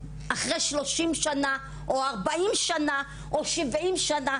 אחרי 30 שנה או 40 שנה או 70 שנה?